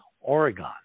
Oregon